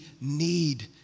need